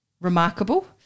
remarkable